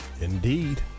Indeed